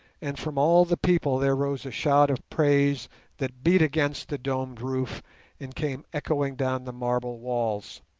and from all the people there rose a shout of praise that beat against the domed roof and came echoing down the marble walls.